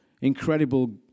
incredible